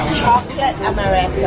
chocolate ameretto